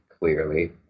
Clearly